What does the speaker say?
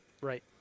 right